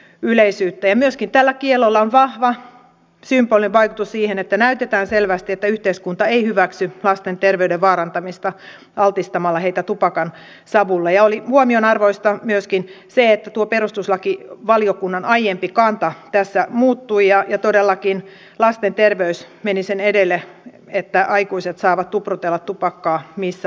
ja myöskin tällä kiellolla on vahva symbolinen vaikutus siinä että näytetään selvästi että yhteiskunta ei hyväksy lasten terveyden vaarantamista altistamalla heitä tupakansavulle ja oli huomionarvoista myöskin se että tuo perustuslakivaliokunnan aiempi kanta tässä muuttui ja todellakin lasten terveys meni sen edelle että aikuiset saavat tuprutella tupakkaa missä vain